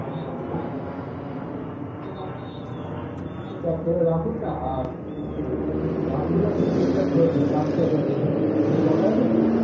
হ্যাঁ এগুলো প্যাক না না আপনি ইয়ে প্যাক করে রাখুন না আর দামগুলো একটু ঠিকঠাক ধরবেন দাম কি আপনার ডেস ডিসকাউন্টে আছে তো